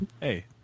hey